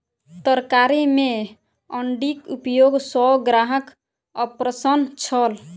तरकारी में अण्डीक उपयोग सॅ ग्राहक अप्रसन्न छल